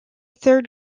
third